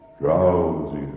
Drowsy